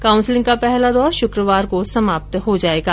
counselling का पहला दौर शुक्रवार को समाप्त हो जायेगा